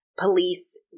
Police